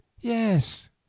yes